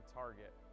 target